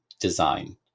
design